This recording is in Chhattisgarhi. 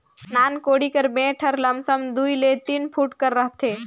नान कोड़ी कर बेठ हर लमसम दूई ले तीन फुट कर रहथे